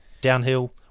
downhill